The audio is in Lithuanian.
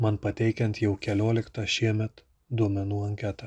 man pateikiant jau kelioliktą šiemet duomenų anketą